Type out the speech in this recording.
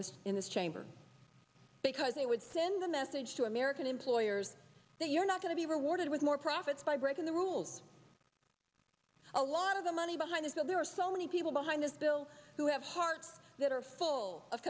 this in this chamber because they would send a message to american employers that you're not going to be rewarded with more profits by breaking the rules a lot of the money behind is that there are so many people behind this bill who have hearts that are full of